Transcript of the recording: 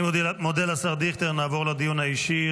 אני מודה לשר דיכטר, נעבור לדיון האישי.